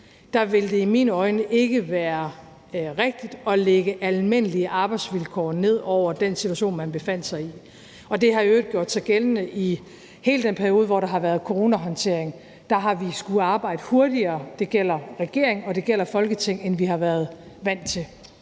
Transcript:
vil det i mine øjne ikke være rigtigt at lægge almindelige arbejdsvilkår ned over den situation, man befandt sig i. Det har i øvrigt gjort sig gældende i hele den periode, hvor der har været coronahåndtering. Der har vi skullet arbejde hurtigere – det gælder regeringen, og det gælder Folketinget – end vi har været vant til.